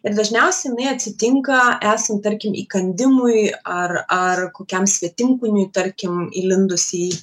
ir dažniausiai jinai atsitinka esant tarkim įkandimui ar ar kokiam svetimkūniui tarkim įlindus į